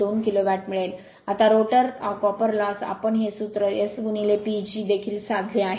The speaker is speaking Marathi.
2 किलो वॅट मिळेल आता रोटर कॉपर लॉस आम्ही हे सूत्र S PG देखील साधले आहे